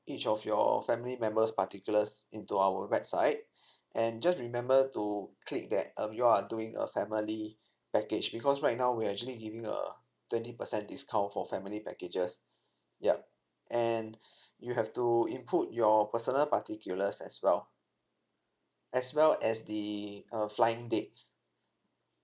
each of your family members' particulars into our website and just remember to click that um you are doing a family package because right now we're actually give you a twenty percent discount for family packages yup and you have to input your personal particulars as well as well as the uh flying dates